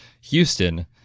Houston